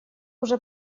уже